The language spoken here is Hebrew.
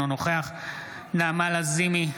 אינו נוכח נעמה לזימי,